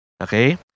Okay